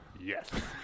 Yes